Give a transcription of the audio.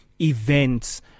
events